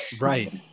Right